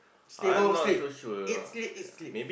stay home sleep eat sleep eat sleep